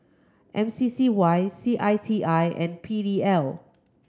M C C Y C I T I and P D L